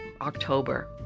october